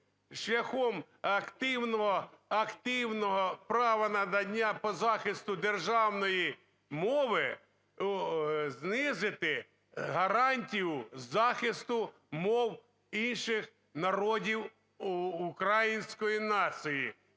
шляхом активного права надання по захисту державної мови знизити гарантію захисту мов інших народів української нації,